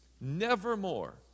Nevermore